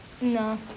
No